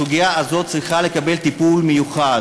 הסוגיה הזאת צריכה לקבל טיפול מיוחד.